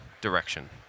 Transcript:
direction